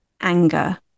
anger